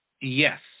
Yes